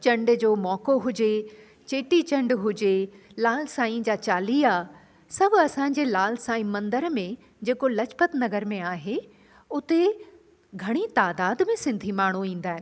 चंड जो मौको हुजे चेटी चंडु हुजे लाल साईं जा चालीहा सभु असांजे लाल साई मंदर में जेको लाजपत नगर में आहे उते घणी तइदाद में सिंधी माण्हू ईंदा आहिनि